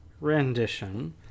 rendition